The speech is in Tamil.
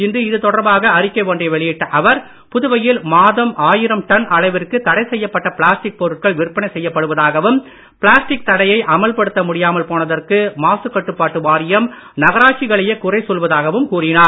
இன்று இது தொடர்பாக அறிக்கை ஒன்றை வெளியிட்ட அவர் புதுவையில் மாதம் ஆயிரம் டன் அளவிற்கு தடை செய்யப்பட்ட பிளாஸ்டிக் பொருட்கள் விற்பனை செய்யப்படுவதாகவும் பிளாஸ்டிக் தடையை அமல்படுத்த முடியாமல் போனதற்கு மாசுக் கட்டுப்பாட்டு வாரியம் நகராட்சிகளையே குறை சொல்வதாகவும் கூறினார்